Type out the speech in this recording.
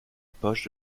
poche